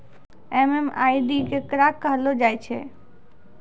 MMID केकरा कहलो जाय छै